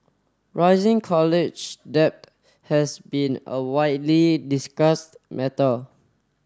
rising college debt has been a widely discussed matter